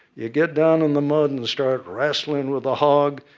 you get down on the mud and start wrassling with the hog,